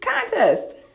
contest